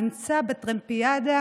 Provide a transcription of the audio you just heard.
נמצא בטרמפיאדה